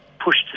pushed